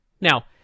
Now